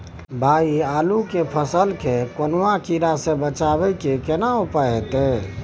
भाई आलू के फसल के कौनुआ कीरा से बचाबै के केना उपाय हैयत?